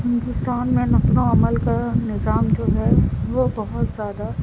ہندوستان میں نقل و حمل کا نظام جو ہے وہ بہت زیادہ